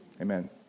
amen